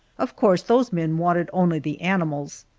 of course those men wanted only the animals.